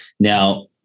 Now